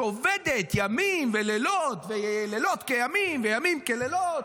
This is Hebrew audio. שעובדת ימים ולילות ולילות כימים וימים כלילות,